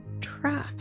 try